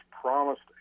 promised